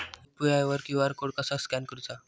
UPI वर QR code कसा scan करूचा?